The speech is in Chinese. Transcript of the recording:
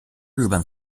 日本